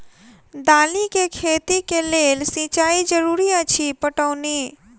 दालि केँ खेती केँ लेल सिंचाई जरूरी अछि पटौनी?